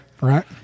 Right